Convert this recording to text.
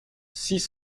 six